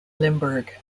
limburg